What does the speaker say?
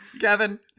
Kevin